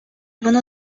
воно